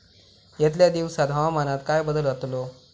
यतल्या दिवसात हवामानात काय बदल जातलो?